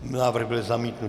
Návrh byl zamítnut.